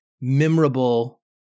memorable